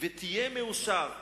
ותהיה מאושר'.